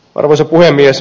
arvoisa puhemies